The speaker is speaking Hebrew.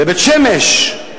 בבית-שמש,